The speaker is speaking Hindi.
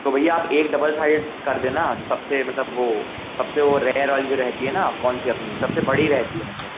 तो भैया आप एक डबल साइडेड कर देना जो सब पर मतलब वो सब पर वो रेयर वाली जो रहती है ना कौन सी अपनी सबसे बड़ी रहती है मतलब